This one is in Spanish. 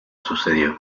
sucedió